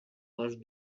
must